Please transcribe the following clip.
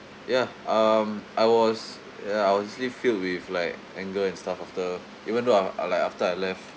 ya um I was ya I was still filled with like anger and stuff after even though I uh like after I left